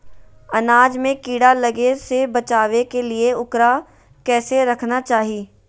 अनाज में कीड़ा लगे से बचावे के लिए, उकरा कैसे रखना चाही?